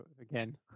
again